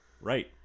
Right